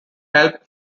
helped